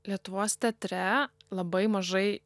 lietuvos teatre labai mažai